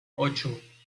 ocho